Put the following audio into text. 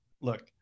look